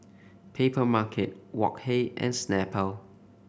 Papermarket Wok Hey and Snapple